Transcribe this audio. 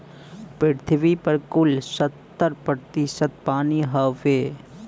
पृथ्वी पर कुल सत्तर प्रतिशत पानी हउवे